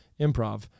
improv